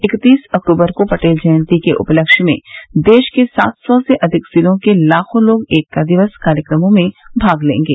इकत्तीस अक्तूबर को पटेल जयंती के उपलक्ष्य में देश के सात सौ से अधिक जिलों के लाखों लोग एकता दिवस कार्यक्रमों में भाग लेंगे